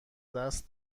دست